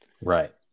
right